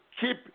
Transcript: keep